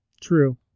True